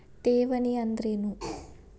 ಠೇವಣಿ ಅಂದ್ರೇನು?